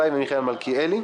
אורית פרקש-הכהן ומיקי לוי,